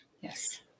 Yes